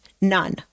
none